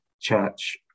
church